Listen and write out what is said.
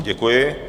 Děkuji.